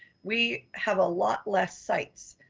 we have a lot less sites.